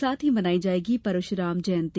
साथ ही मनाई जाएगी परशुराम जयंती